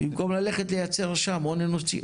במקום ללכת לייצר שם הון אנושי,